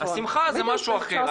השמחה זה משהו אחר,